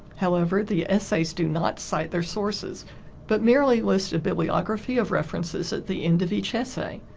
however, the essays do not cite their sources but merely list a bibliography of references at the end of each essay.